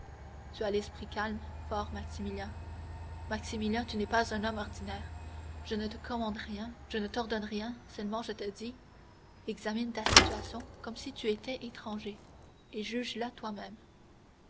tu as l'esprit calme fort maximilien maximilien tu n'es pas un homme ordinaire je ne te commande rien je ne t'ordonne rien seulement je te dis examine ta situation comme si tu y étais étranger et juge la toi-même